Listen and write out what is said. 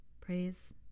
Praise